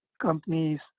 companies